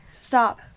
stop